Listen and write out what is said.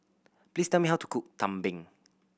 please tell me how to cook tumpeng